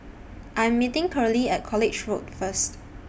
I Am meeting Curley At College Road First